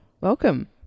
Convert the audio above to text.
Welcome